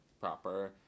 proper